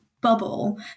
bubble